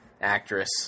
actress